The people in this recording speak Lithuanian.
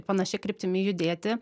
panašia kryptimi judėti